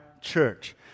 church